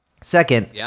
Second